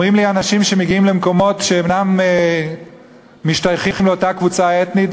אומרים לי אנשים שמגיעים למקומות שאינם משתייכים לאותה קבוצה אתנית,